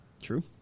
True